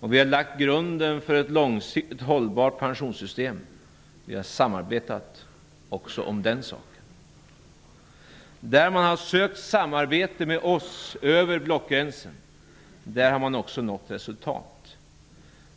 Och vi har lagt grunden för ett långsiktigt hållbart pensionssystem. Vi har samarbetat också om den saken. Där man har sökt samarbete med oss över blockgränsen har man också nått resultat.